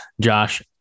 josh